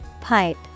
Pipe